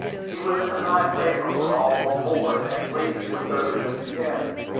he was in high favor with all on board, at least with those in the cabin.